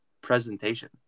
presentation